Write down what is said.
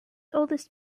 oldest